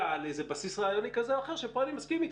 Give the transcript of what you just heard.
על איזה בסיס רעיוני כזה או אחר שפה אני מסכים איתך.